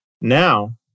Now